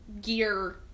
gear